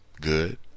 good